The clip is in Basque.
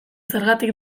zergatik